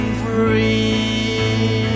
free